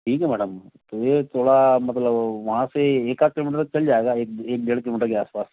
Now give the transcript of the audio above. ठीक है मैडम तो यह थोड़ा मतलब वहाँ से एक आधा किलोमीटर तो चल जाएगा एक डेढ़ किलोमीटर के आस पास